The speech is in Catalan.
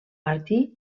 martí